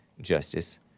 justice